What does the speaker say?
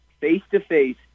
face-to-face